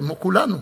כמו כולנו,